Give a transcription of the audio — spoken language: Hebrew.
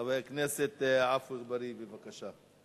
חבר הכנסת עפו אגבאריה, בבקשה.